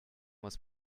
muss